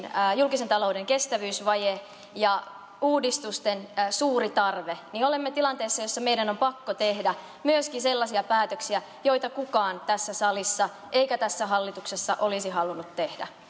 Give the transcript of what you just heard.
julkisen talouden kestävyysvaje ja uudistusten suuri tarve olemme tilanteessa jossa meidän on pakko tehdä myöskin sellaisia päätöksiä joita kukaan tässä salissa eikä tässä hallituksessa olisi halunnut tehdä